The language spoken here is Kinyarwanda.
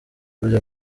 burya